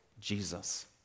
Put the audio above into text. Jesus